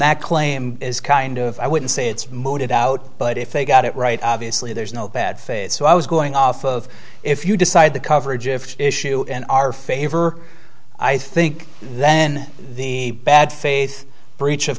that claim is kind of i wouldn't say it's mooted out but if they got it right obviously there's no bad faith so i was going off of if you decide the coverage of issue in our favor i think then the bad faith breach of